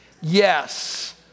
Yes